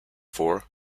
for